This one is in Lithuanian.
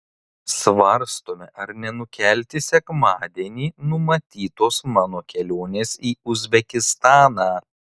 svarstome ar nenukelti sekmadienį numatytos mano kelionės į uzbekistaną